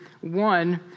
one